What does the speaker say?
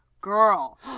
Girl